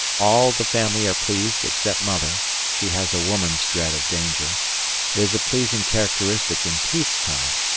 all the family are pleased except mother she has a woman's dread of danger it is a pleasing characteristic in peace time,